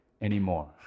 anymore